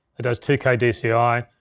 it does two k dci,